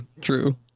true